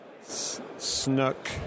Snook